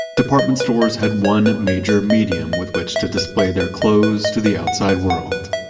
department stores had one major medium with which to display their clothes to the outside world,